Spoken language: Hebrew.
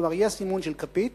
כלומר יהיה סימון של כפית